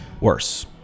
Worse